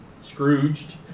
Scrooged